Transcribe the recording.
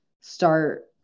start